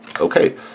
Okay